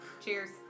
Cheers